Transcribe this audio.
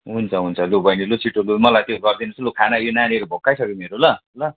हुन्छ हुन्छ लु बहिनी लु छिटो मलाई त्यो गरिदिनुहोस् लु खाना यो नानीहरू भोकाइसक्यो मेरो ल ल